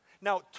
Now